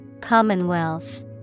Commonwealth